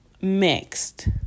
mixed